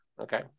Okay